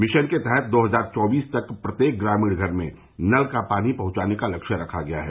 mission के तहत दो हजार चौबीस तक प्रत्येक ग्रामीण घर में नल का पानी पहुंचाने का लक्ष्य रखा गया है